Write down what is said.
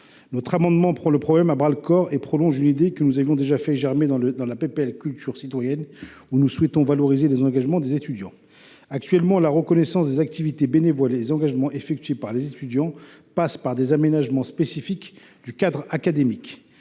cet amendement, nous prenons le problème à bras le corps en prolongeant une idée que nous avions déjà fait germer dans la proposition de loi tendant à renforcer la culture citoyenne, où nous souhaitions valoriser les engagements des étudiants. Actuellement, la reconnaissance des activités bénévoles et des engagements effectués par les étudiants passe par des aménagements spécifiques du cadre académique.